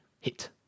hit